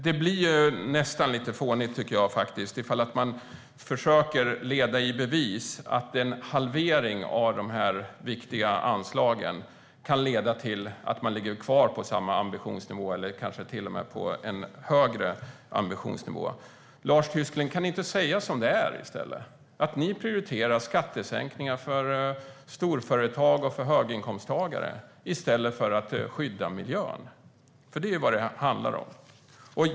Det blir nästan lite fånigt om man försöker leda i bevis att en halvering av de här viktiga anslagen kan leda till att man ligger kvar på samma ambitionsnivå eller kanske till och med på en högre ambitionsnivå. Lars Tysklind! Kan ni inte säga som det är i stället? Ni prioriterar skattesänkningar för storföretag och höginkomsttagare i stället för att skydda miljön. Det är ju vad det handlar om.